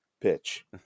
Pitch